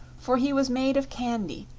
for he was made of candy,